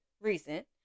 recent